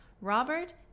robert